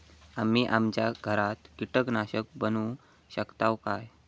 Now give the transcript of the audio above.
आम्ही आमच्या घरात कीटकनाशका बनवू शकताव काय?